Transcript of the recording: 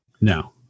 No